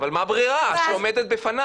אבל מה הברירה שעומדת בפניו?